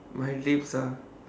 my ah